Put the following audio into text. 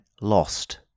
lost